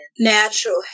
natural